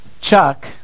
Chuck